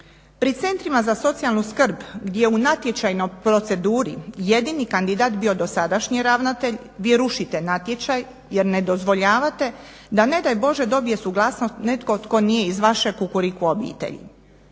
Pri centrima za socijalnu skrb gdje je u natječajnoj proceduri jedini kandidat bio dosadašnji ravnatelj vi rušite natječaj jer ne dozvoljavate da ne daj Bože dobije suglasnost netko tko nije iz vaše Kukuriku obitelji.